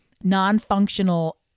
non-functional